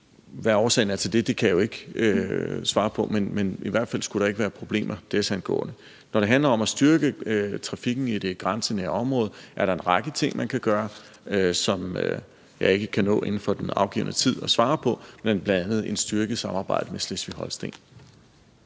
Hvad årsagen er til det, kan jeg jo ikke svare på, men i hvert fald skulle der ikke være problemer desangående. Når det handler om at styrke trafikken i det grænsenære område, er der en række ting, man kan gøre, som jeg ikke kan nå at nævne inden for den afgivende tid, men det er bl.a. et styrket samarbejde med Slesvig-Holsten.